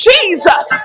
Jesus